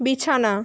বিছানা